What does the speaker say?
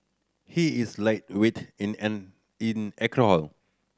he is lightweight in an in alcohol